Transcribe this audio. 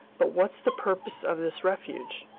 but what's the purpose of this refuge?